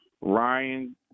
Ryan